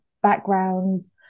backgrounds